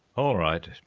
all right,